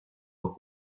los